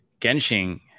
Genshin